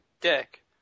dick